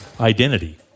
identity